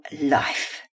life